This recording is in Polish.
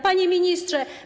Panie Ministrze!